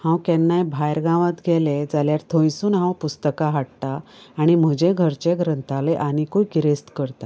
हांव केन्नाय भायर गांवांत गेलें जाल्यार थंयसून हांव पुस्तकां हाडटा आनी म्हजें घरचें ग्रंथालय आनीकूय गिरेस्त करता